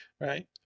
right